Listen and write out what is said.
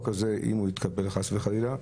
אם הוא יתקבל, חס וחלילה,